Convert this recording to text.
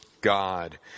God